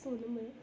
जस्तो हुन्छ मलाई